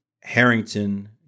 Harrington